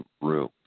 room